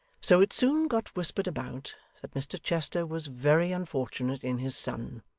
so, it soon got whispered about, that mr chester was very unfortunate in his son,